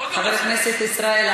עוד לא מצאו.